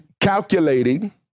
calculating